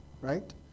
right